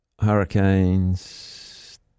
Hurricanes